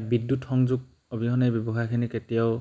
এ বিদ্যুৎ সংযোগ অবিহনে ব্যৱসায়খিনি কেতিয়াও